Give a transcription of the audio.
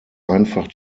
einfach